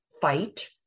fight